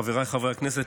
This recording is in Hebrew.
חבריי חברי הכנסת,